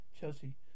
Chelsea